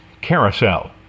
Carousel